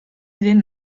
den